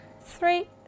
Three